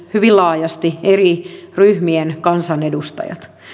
hyvin laajasti eri ryhmien kansanedustajat